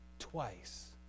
twice